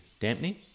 Dampney